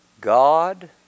God